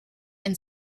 and